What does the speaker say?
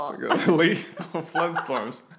floodstorms